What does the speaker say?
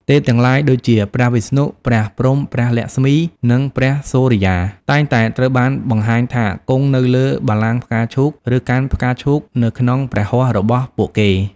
ទេពទាំងឡាយដូចជា ព្រះវិស្ណុ ព្រះព្រហ្ម ព្រះលក្ម្សី និងព្រះសូរ្យា តែងតែត្រូវបានបង្ហាញថា គង់នៅលើបល្ល័ង្កផ្កាឈូក ឬកាន់ផ្កាឈូកនៅក្នុងព្រះហស្ថរបស់ពួកគេ។